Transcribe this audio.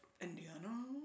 Indiana